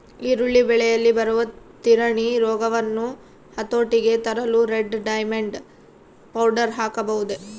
ಈರುಳ್ಳಿ ಬೆಳೆಯಲ್ಲಿ ಬರುವ ತಿರಣಿ ರೋಗವನ್ನು ಹತೋಟಿಗೆ ತರಲು ರೆಡ್ ಡೈಮಂಡ್ ಪೌಡರ್ ಹಾಕಬಹುದೇ?